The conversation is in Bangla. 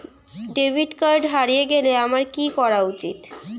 ডেবিট কার্ড হারিয়ে গেলে আমার কি করা উচিৎ?